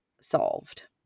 solved